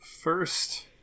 First